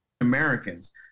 Americans